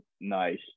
nice